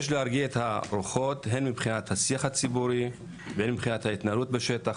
יש להרגיע את הרוחות הן מבחינת השיח הציבורי והן מבחינת ההתנהלות בשטח